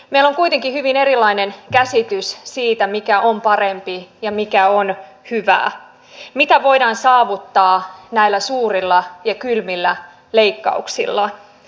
meillä on kuitenkin hyvin erilainen käsitys siitä mikä on parempi ja mikä on hyvää mitä voidaan saavuttaa näillä suurilla ja kylmillä leikkauksilla